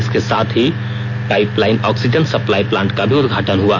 इसके साथ ही पाइपलाइन ऑक्सीजन सप्लाई प्लांट का भी उदघाटन हआ